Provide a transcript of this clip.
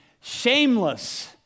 shameless